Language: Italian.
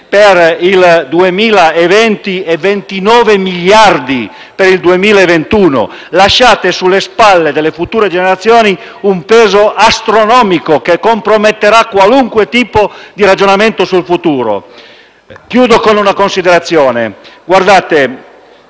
per il 2020 e 29 miliardi per il 2021. Lasciate sulle spalle delle future generazioni un peso astronomico che comprometterà qualunque tipo di ragionamento sul futuro. Chiudo con una considerazione. Si